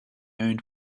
owned